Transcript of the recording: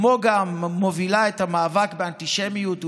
כמו גם מובילה את המאבק באנטישמיות ובטרור.